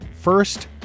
first